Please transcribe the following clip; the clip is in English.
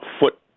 foot